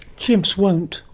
chimps won't.